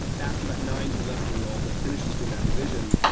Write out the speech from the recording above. after that nine to eleven year old but finishes doing that division,